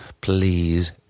please